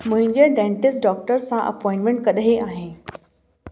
मुंहिंजे dentist doctor सां appointment कॾहिं आहे